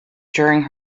during